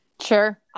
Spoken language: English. Sure